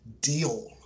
deal